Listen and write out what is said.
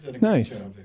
Nice